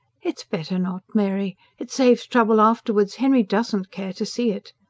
it's better not, mary. it saves trouble afterwards. henry doesn't care to see it.